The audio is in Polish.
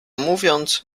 mówiąc